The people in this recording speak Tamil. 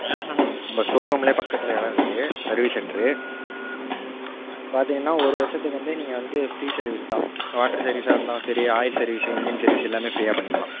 ஆ ஹா ஹா நம்ப ஷோரூம்ல பக்கத்தில் எடம் இருக்கு சர்விஸ் சென்ட்ரு அங்கே பார்த்திங்கனா ஒரு வருஷத்துக்கு வந்து நீங்கள் வந்து ஃப்ரீ சர்விஸ் தான் வாட்ரு சர்விஸ்ஸாக இருந்தாலும் சரி ஆயில் சர்விஸு இன்ஜின் சர்விஸு எல்லாமே ஃப்ரீயாக பண்ணிக்கலாம்